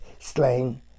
slain